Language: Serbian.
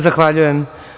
Zahvaljujem.